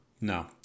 No